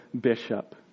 bishop